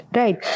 right